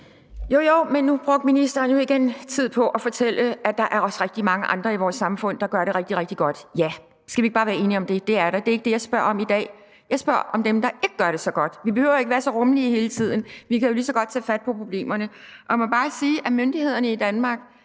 Jo, jo, men nu brugte ministeren jo igen tid på at fortælle, at der også er rigtig mange i vores samfund, der gør det rigtig, rigtig godt. Ja, skal vi ikke bare være enige om det? Det er der. Det er ikke det, jeg spørger om i dag. Jeg spørger om dem, der ikke gør det så godt. Vi behøver ikke at være så rummelige hele tiden. Vi kan jo lige så godt tage fat på problemerne. Jeg må bare sige, at myndighederne i Danmark